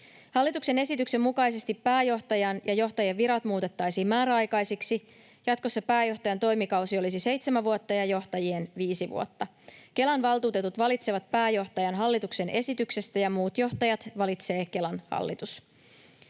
Hallituksen esityksen mukaisesti pääjohtajan ja johtajien virat muutettaisiin määräaikaisiksi. Jatkossa pääjohtajan toimikausi olisi seitsemän vuotta ja johtajien viisi vuotta. Kelan valtuutetut valitsevat pääjohtajan hallituksen esityksestä ja muut johtajat valitsee kelan hallitus.